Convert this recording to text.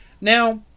Now